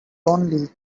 only